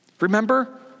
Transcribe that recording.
Remember